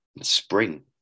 spring